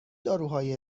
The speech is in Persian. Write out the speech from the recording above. داروهایی